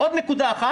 תודה.